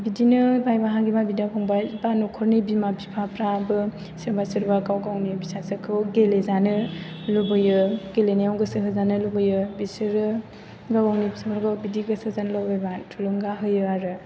बिदिनो भाय बाहागि बा बिदा फंबाय बा नखरनि बिमा बिफाफ्राबो सोरबा सोरबा गाव गावनि फिसाजोखौ गेलेजानो लुबैयो गेलेनायाव गोसो होजानो लुबैयो बिसोरो गाव गावनि फिसाफोरखौ बिद्बि गोसो जानो लुबैबा थुलुंगा होयो आरो